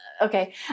okay